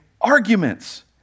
arguments